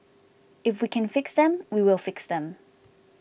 if we can fix them we will fix them